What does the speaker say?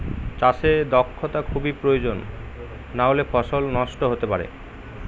চাষে দক্ষটা খুবই প্রয়োজন নাহলে ফসল নষ্ট হতে পারে